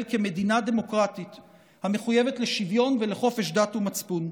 כמדינה דמוקרטית המחויבת לשוויון ולחופש דת ומצפון.